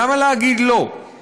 למה להגיד "לא";